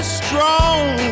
strong